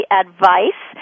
advice